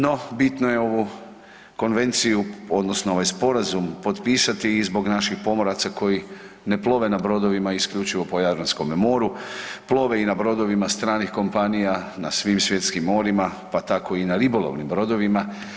No, bitno je ovu konvenciju, odnosno ovaj sporazum potpisati i zbog naših pomoraca koji ne plove na brodovima isključivo po Jadranskome moru, plove i na brodovima stranih kompanija, na svim svjetskim morima, pa tako i na ribolovnim brodovima.